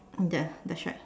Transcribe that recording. ya that's right